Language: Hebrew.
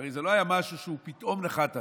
הרי זה לא היה משהו שהוא פתאום נחת עלינו.